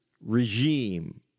regime